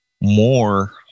more